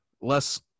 less